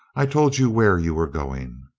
i told you where you were going.